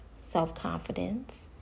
self-confidence